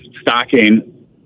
stocking